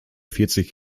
vierzig